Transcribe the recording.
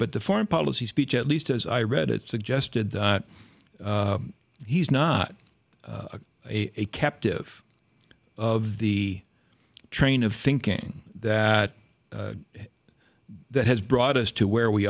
but the foreign policy speech at least as i read it suggested he's not a captive of the train of thinking that that has brought us to where we